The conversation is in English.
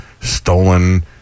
stolen